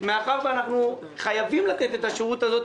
מאחר ואנחנו חייבים לתת את השירות הזה,